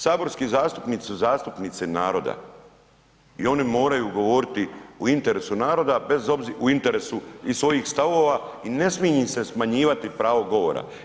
Saborski zastupnici su zastupnici naroda i oni moraju govoriti u interesu naroda i u interesu svojih stavova i ne smi im se smanjivati pravo govora.